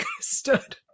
stood